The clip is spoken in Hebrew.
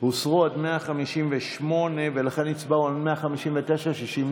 התורה וקבוצת סיעת הציונות הדתית לפני סעיף 1 לא נתקבלה.